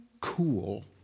cool